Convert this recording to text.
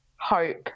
hope